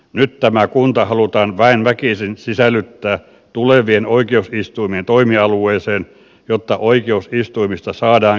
nyt tämä kunta halutaan väen väkisin sisällyttää tulevien oikeusistuimien toimialueeseen jotta oikeusistuimista saadaan kaksikieliset